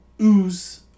ooze